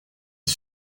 est